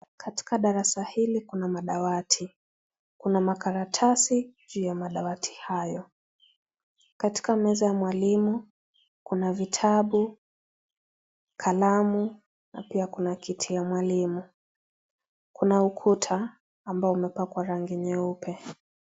Katika darasa hili kuna madawati. Kuna makaratasi juu ya madawati hayo. Katika meza ya mwalimu kuna vitabu, kalamu na pia kuna kiti ya mwalimu, kuna ukuta ambayo imepakwa rangi nyeupe.